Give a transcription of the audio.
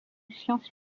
science